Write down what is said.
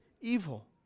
evil